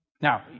Now